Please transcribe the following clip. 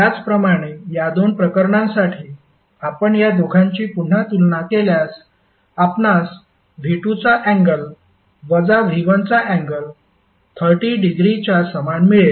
त्याचप्रमाणे या दोन प्रकरणांसाठी आपण या दोघांची पुन्हा तुलना केल्यास आपणास V2 चा अँगल वजा V1 चा अँगल 30 डिग्रीच्या समान मिळेल